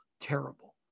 terrible